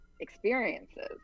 experiences